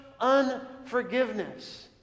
unforgiveness